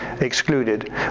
excluded